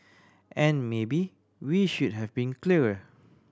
and maybe we should have been clearer